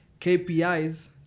KPIs